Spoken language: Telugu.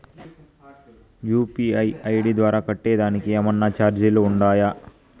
యు.పి.ఐ ఐ.డి ద్వారా కట్టేదానికి ఏమన్నా చార్జీలు ఉండాయా?